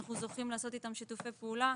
שאיתם אנחנו זוכים לעשות שיתופי פעולה.